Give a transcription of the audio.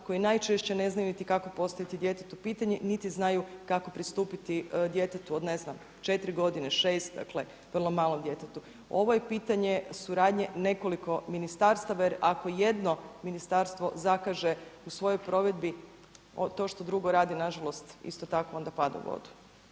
koji najčešće ne znaju niti kako postaviti djetetu pitanje niti znaju kako pristupiti djetetu od ne znam 4 godine, 6 dakle vrlo malom djetetu. Ovo je pitanje suradnje nekoliko ministarstava jer ako jedno ministarstvo zakaže u svojoj provedbi, to što drugo radi nažalost onda isto tako pada u vodu.